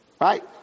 Right